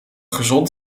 gezond